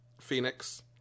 Phoenix